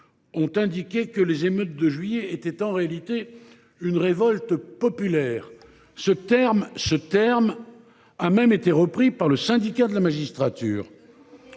ont indiqué que les émeutes de juillet dernier étaient en réalité une « révolte populaire », ce terme ayant même été repris par le Syndicat de la magistrature.